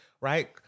right